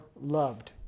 loved